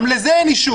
גם לזה אין אישור.